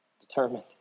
determined